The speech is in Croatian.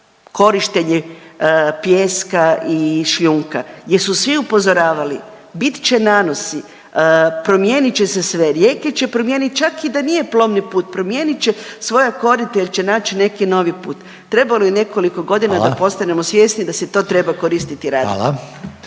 korištenje pijeska i šljunka jer su svi upozoravali bit će nanosi, promijenit će se sve, rijeke će promijenit čak i da nije plovni put, promijenit će svoja korita ili će naći neki novi put. Trebalo je nekoliko godina da postanemo …/Upadica Reiner: Hvala./… svjesni da se to treba koristiti i raditi.